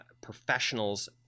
professionals